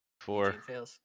Four